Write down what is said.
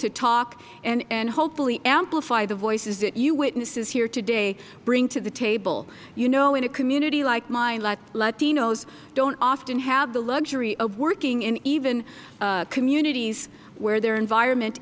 to talk and hopefully amplify the voices that you witnesses here today bring to the table you know in a community like mine latinos don't often have the luxury of working in even communities where their environment